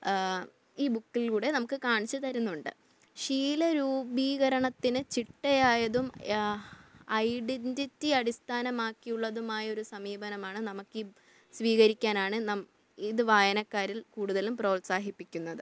ഈ ബുക്കിലൂടെ നമുക്ക് കാണിച്ചു തരുന്നുണ്ട് ശീലരൂപീകരണത്തിന് ചിട്ടയായതും ഐഡന്റിറ്റി അടിസ്ഥാനമാക്കിയുള്ളതുമായ ഒരു സമീപനമാണ് നമുക്കീ സ്വീകരിക്കാനാണ് ന ഇത് വായനക്കാരിൽ കൂടുതലും പ്രോത്സാഹിപ്പിക്കുന്നത്